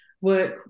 work